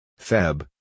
Feb